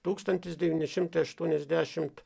tūkstantis devyni šimtai aštuoniasdešimt